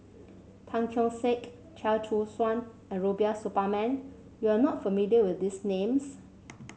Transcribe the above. Tan Keong Saik Chia Choo Suan and Rubiah Suparman you are not familiar with these names